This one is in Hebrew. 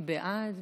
מי בעד?